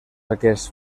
aquests